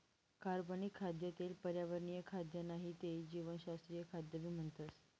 कार्बनिक खाद्य ले पर्यावरणीय खाद्य नाही ते जीवशास्त्रीय खाद्य भी म्हणतस